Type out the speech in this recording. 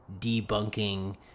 debunking